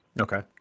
okay